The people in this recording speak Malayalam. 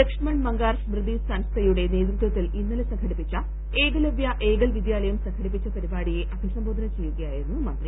ലക്ഷ്മൺ മംഗാർ സ്മൃതി സൻസ്തയുടെ നേതൃത്വത്തിൽ ഇന്നലെ സംഘടിപ്പിച്ച ഏകലവൃ ഏകൽ വിദ്യാലയം സംഘടിപ്പിച്ച പരിപാടിയെ അഭിസംബോധന ചെയ്യുകയായിരുന്നു മന്ത്രി